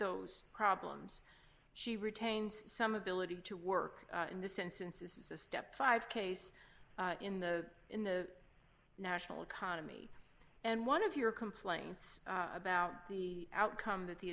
those problems she retains some ability to work in this instance is a step five case in the in the national economy and one of your complaints about the outcome that the